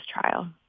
trial